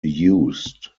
used